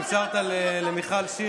שאפשרת למיכל שיר